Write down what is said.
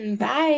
Bye